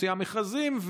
מוציאה מכרזים,